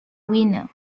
winner